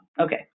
Okay